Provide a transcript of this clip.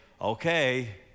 okay